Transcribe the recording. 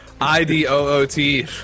I-D-O-O-T